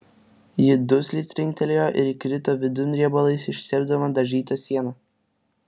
ji dusliai trinktelėjo ir įkrito vidun riebalais ištepdama dažytą sieną